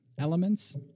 Elements